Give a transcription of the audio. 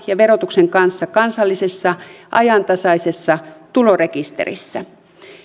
ja verotuksen kanssa kansallisessa ajantasaisessa tulorekisterissä